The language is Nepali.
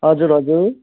हजुर हजुर